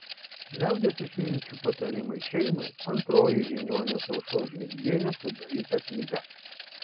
liaudies išminčių patarimai šeimai antroji žiniuonės aušros žvirblienės sudaryta knyga